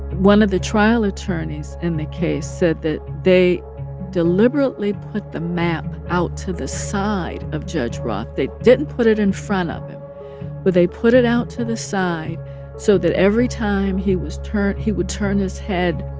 one of the trial attorneys in the case said that they deliberately put the map out to the side of judge roth. they didn't put it in front of him, but they put it out to the side so that every time he was turned he would turn his head,